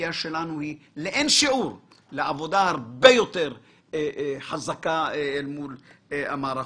הציפייה שלנו היא לעבודה הרבה יותר חזקה אל מול המערכות.